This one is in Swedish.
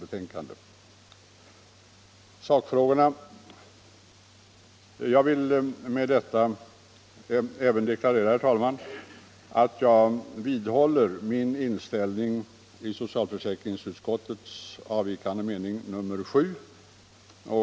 Med detta vill jag även deklarera, herr talman, att jag vidhåller den inställning som jag givit uttryck åt i den med 6 betecknade avvikande meningen vid socialförsäkringsutskottets yttrande.